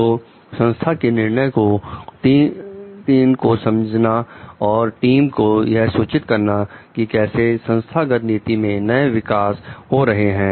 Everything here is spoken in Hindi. तो संस्था के निर्णय को 3 को समझाना एवं टीम को यह सूचित करना कि कैसे संस्थागत नीति में नए विकास हो रहे हैं